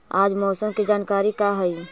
आज मौसम के जानकारी का हई?